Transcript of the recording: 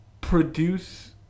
produce